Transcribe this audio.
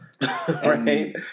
right